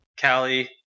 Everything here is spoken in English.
Callie